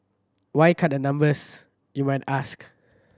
why cut the numbers you might ask